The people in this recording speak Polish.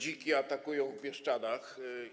Wilki atakują w Bieszczadach.